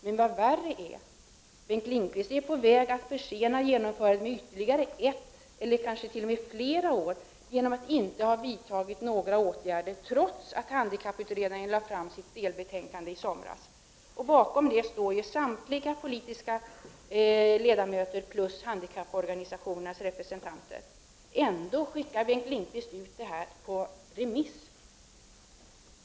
Men vad värre är, Bengt Lindqvist är på väg att försena genomförandet ytterligare ett eller kanske t.o.m. flera år genom att han inte har vidtagit några åtgärder, trots att handikapputredningen lade fram sitt delbetänkande redan i somras. Bakom det betänkandet står ju samtliga politiker i utredningen plus handikapporganisationernas representanter. Ändå skickar Bengt Lindqvist utredningen på remiss!